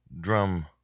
drum